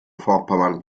vorpommern